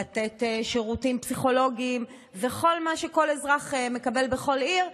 לתת שירותים פסיכולוגיים וכל מה שכל אזרח מקבל בכל עיר.